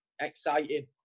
exciting